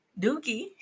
dookie